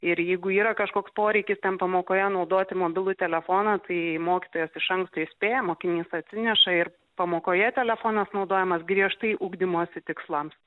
ir jeigu yra kažkoks poreikis ten pamokoje naudoti mobilų telefoną tai mokytojas iš anksto įspėja mokinys atsineša ir pamokoje telefonas naudojamas griežtai ugdymosi tikslams